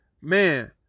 man